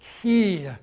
key